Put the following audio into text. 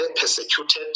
persecuted